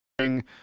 ring